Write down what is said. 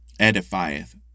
Edifieth